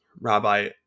Rabbi